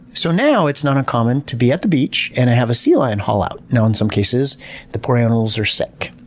so now it's not uncommon to be at the beach and have a sea lion haul out. in some cases the poor animals are sick.